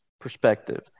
perspective